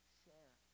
share